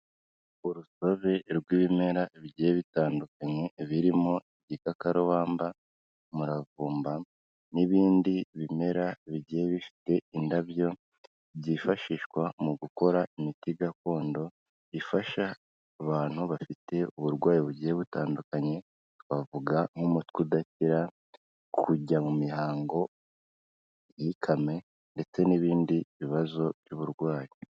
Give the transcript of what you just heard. Urusobe rw'ibimera bigiye bitandukanye birimo igikakarubamba, umuravumba n'ibindi bimera bigiye bifite indabyo, byifashishwa mu gukora imiti gakondo, ifasha abantu bafite uburwayi bugiye butandukanye, twavuga nk'umutwe udakira, kujya mu mihango ntikame ndetse n'ibindi bibazo by'uburwayi.